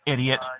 Idiot